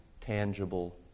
tangible